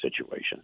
situation